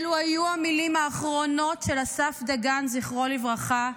אלו היו המילים האחרונות של אסף דגן, זכרו לברכה,